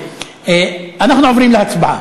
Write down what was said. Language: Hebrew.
אנחנו עוברים להצבעה.